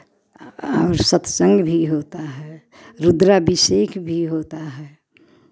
और सत्संग भी होता है रुद्राभिषेक भी होता है